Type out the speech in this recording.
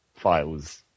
files